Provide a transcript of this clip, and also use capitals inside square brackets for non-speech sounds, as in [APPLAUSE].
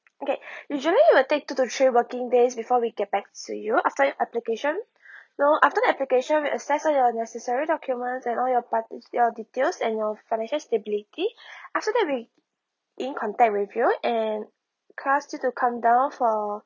okay [BREATH] usually it'll take two to three working days before we get back to you after your application [BREATH] you know after the application we access all your necessary documents and all your parti~ your details and your financial stability [BREATH] after that we in contact with you and cast you to come down for